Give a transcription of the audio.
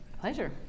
Pleasure